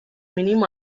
mínimo